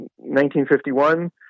1951